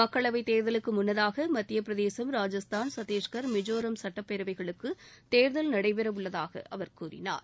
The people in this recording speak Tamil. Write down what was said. மக்களவைத் தேர்தலுக்கு முன்னதாக மத்தியப் பிரதேசம் ராஜஸ்தான் சத்தீஷ்கர் மிஜோராம் சட்டப்பேரவைகளுக்கு தேர்தல் நடைபெறவுள்ளதாக அவர் கூறினார்